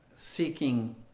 seeking